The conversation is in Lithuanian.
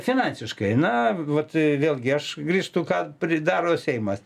finansiškai na vat vėlgi aš grįžtu ką pridaro seimas